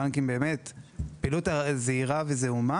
פעילות הבנקים היא זעירה וזעומה.